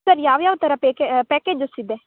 sir ಯಾವ್ಯಾವ ಥರ ಪೇಕೆ ಪ್ಯಾಕೇಜಸ್ ಇದೆ